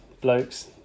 blokes